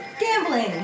Gambling